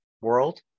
world